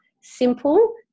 simple